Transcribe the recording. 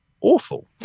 awful